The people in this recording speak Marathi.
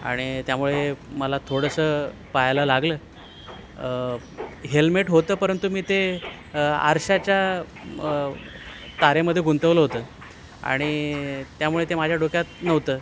आणि त्यामुळे मला थोडंसं पायाला लागलं हेल्मेट होतं परंतु मी ते आरशाच्या तारेमध्ये गुंतवलं होतं आणि त्यामुळे ते माझ्या डोक्यात नव्हतं